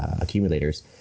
accumulators